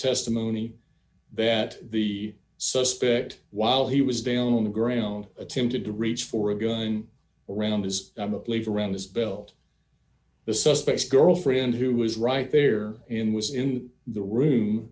testimony that the suspect while he was down on the ground attempted to reach for a gun around his i'm a believer in his belt the suspects girlfriend who was right there in was in the